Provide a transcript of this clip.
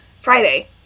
Friday